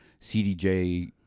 CDJ